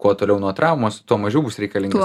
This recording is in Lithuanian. kuo toliau nuo traumos tuo mažiau bus reikalingas